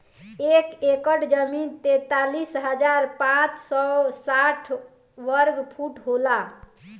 एक एकड़ जमीन तैंतालीस हजार पांच सौ साठ वर्ग फुट होला